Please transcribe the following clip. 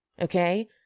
okay